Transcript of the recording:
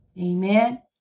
Amen